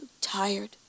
tired